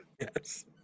Yes